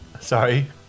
Sorry